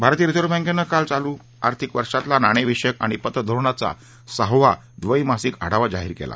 भारतीय रिझर्व्ह बँकेनं काल चालू आर्थिक वर्षातला नाणेविषयक आणि पत धोरणाचा सहावा द्वैमासिक आढावा जाहीर केला